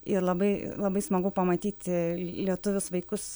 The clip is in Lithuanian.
ir labai labai smagu pamatyti lietuvius vaikus